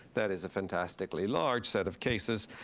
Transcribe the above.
that is a fantastically large set of cases,